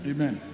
Amen